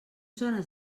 zones